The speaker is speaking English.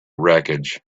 wreckage